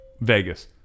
Vegas